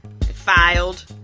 filed